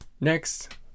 Next